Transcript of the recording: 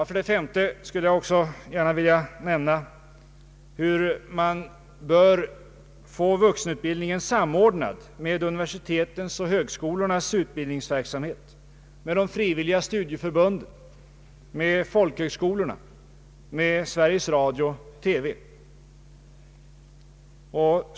Som ett femte utredningsproblem skulle jag vilja nämna frågan om hur man bör få vuxenutbildningen samordnad med universitetens och högskolornas verksamhet, med de frivilliga studieförbunden, med =<:folkhögskolorna och med Sveriges Radio-TV.